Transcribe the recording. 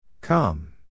Come